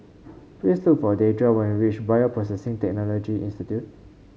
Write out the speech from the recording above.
please look for Deidra when you reach Bioprocessing Technology Institute